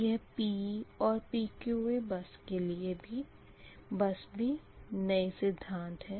यह P और PQV bus के भी सिद्धांत नए है